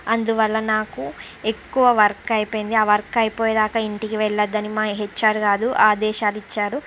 అందువల్ల నాకు ఎక్కువ వర్క్ అయిపోయింది ఆ వర్క్ అయిపోయేదాకా ఇంటికి వెళ్ళొద్దని మా హెచ్ఆర్ గారు ఆదేశాలు ఇచ్చారు